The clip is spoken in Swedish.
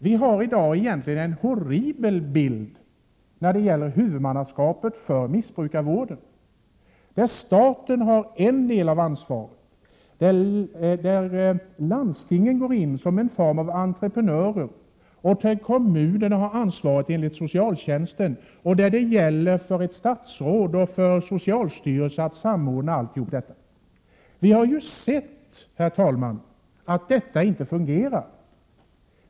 Vi har egentligen nu en horribel ordning när det gäller huvudmannaskapet för missbrukarvården. Staten har en del av ansvaret, landstingen går in som ett slags entreprenörer och kommunerna har ansvaret enligt socialtjänstlagen — och ett statsråd och socialstyrelsen skall samordna allt detta. Vi har sett, herr talman, att detta inte fungerar.